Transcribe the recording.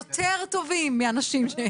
גם חברי כנסת, יותר טובים מהנשים.